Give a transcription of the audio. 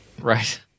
Right